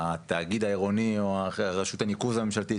התאגיד העירוני או רשות הניקוז הממשלתי,